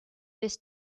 this